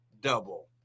double